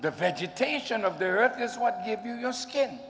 the vegetation of the earth is what gave you your s